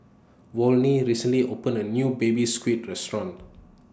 Volney recently opened A New Baby Squid Restaurant